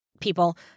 people